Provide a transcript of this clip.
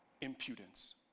impudence